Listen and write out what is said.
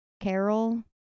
Carol